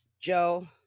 Joe